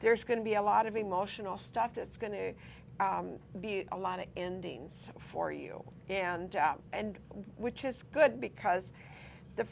there's going to be a lot of emotional stuff that's going to be a lot of indians for you and and which is good because the